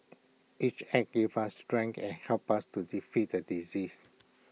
each act gave us strength and helped us to defeat the disease